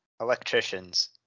Electricians